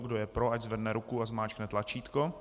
Kdo je pro, ať zvedne ruku a zmáčkne tlačítko.